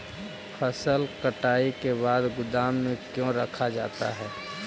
फसल कटाई के बाद गोदाम में क्यों रखा जाता है?